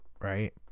right